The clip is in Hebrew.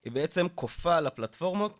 היא בעצם כופה על הפלטפורמות